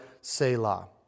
Selah